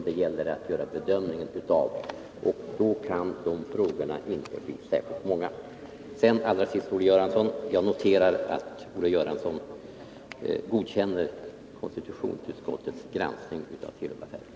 De frågorna kan inte bli särskilt många. Allra sist noterar jag att Olle Göransson godkänner konstitutionsutskottets granskning av Telub-affären.